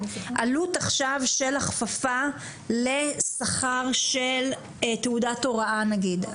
עלות עכשיו של הכפפה לשכר של תעודת הוראה נגיד,